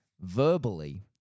verbally